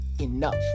enough